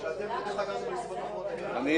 השופט בטח יחליט שזה לא --- חובת ההוכחה עליו.